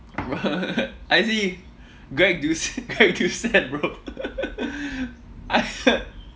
bruh I see greg doucette greg doucette bro I